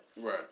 Right